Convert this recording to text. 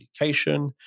Education